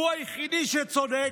הוא היחידי שצודק,